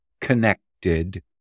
connected